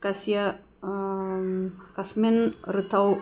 कस्य अस्मिन् ऋतौ